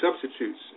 substitutes